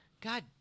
God